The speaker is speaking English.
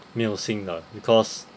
没有新的 because